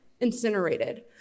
incinerated